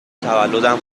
تولدم